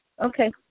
Okay